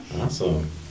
Awesome